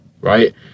Right